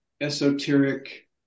esoteric